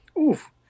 Oof